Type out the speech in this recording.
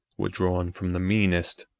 were drawn from the meanest,